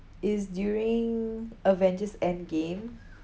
it's during avengers endgame